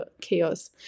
chaos